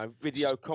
video